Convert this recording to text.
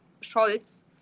Scholz